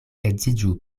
edziĝu